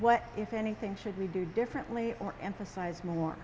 what if anything should we do differently or emphasize more